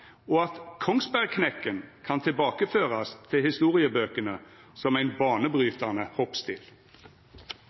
og at Kongsbergknekken kan tilbakeførast til historiebøkene som ein banebrytande hoppstil.